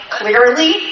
clearly